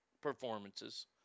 performances